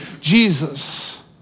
Jesus